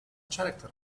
character